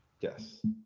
Yes